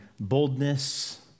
boldness